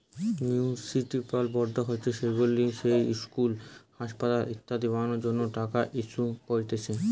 municipal bond হতিছে সেইগুলা যেটি ইস্কুল, আসপাতাল ইত্যাদি বানানোর জন্য টাকা ইস্যু করতিছে